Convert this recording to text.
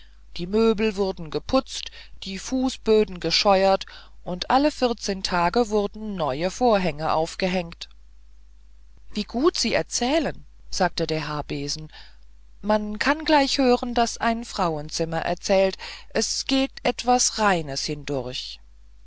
die möbel wurden geputzt die fußböden gescheuert und alle vierzehn tage wurden neue vorhänge aufgehängt wie gut sie erzählen sagte der haarbesen man kann gleich hören daß ein frauenzimmer erzählt es geht etwas reines hindurch